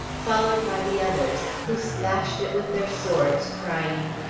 followed by the others who slashed it with their swords crying,